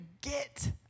get